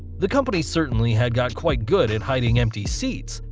the company certainly had got quite good at hiding empty seats,